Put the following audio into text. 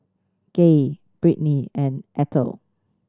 Gay Britney and Eithel